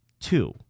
Two